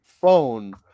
phone